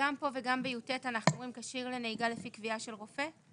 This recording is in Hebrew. פה וגם ב-יט אנחנו אומרים כשיר לנהיגה לפי קביעה של רופא?